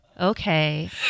Okay